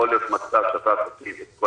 אין ולא יכול להיות מצב שאתה תחזיק את כל